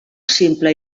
simple